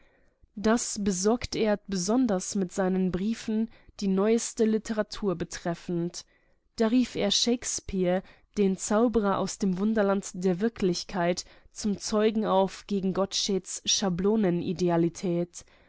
das besorgte er besonders mit seinen briefen die neueste literatur betreffend da rief er shakespeare den zauberer aus dem wunderland der wirklichkeit zum zeugen auf gegen gottscheds schablonenidealität